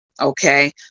Okay